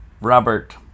Robert